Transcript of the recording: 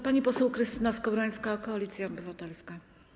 Pani poseł Krystyna Skowrońska, Koalicja Obywatelska.